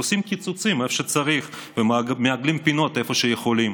אז עושים קיצוצים איפה שצריך ומעגלים פינות איפה שיכולים,